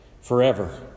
Forever